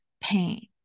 pain